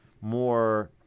more